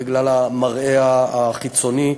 בגלל המראה החיצוני,